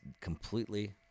completely